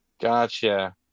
Gotcha